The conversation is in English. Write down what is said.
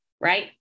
right